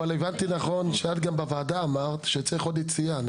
אבל הבנתי נכון שאת גם בוועדה אמרת שצריך עוד יציאה,